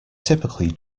typically